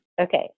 Okay